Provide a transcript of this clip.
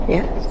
Yes